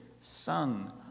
sung